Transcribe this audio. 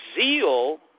zeal